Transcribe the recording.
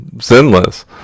sinless